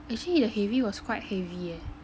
actually the heavy was quite heavy eh